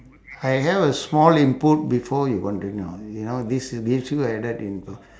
I have a small input before you wondering now you know this this few add info